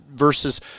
versus